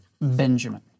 Benjamin